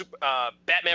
Batman